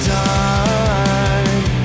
time